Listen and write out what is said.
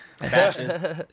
batches